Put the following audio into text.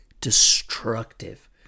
destructive